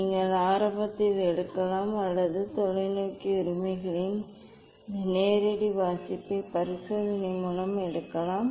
நீங்கள் ஆரம்பத்தில் எடுக்கலாம் அல்லது தொலைநோக்கி உரிமைகளின் இந்த நேரடி வாசிப்பை பரிசோதனையின் முடிவில் எடுக்கலாம்